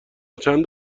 چند